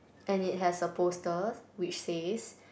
and it has a poster which says